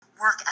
work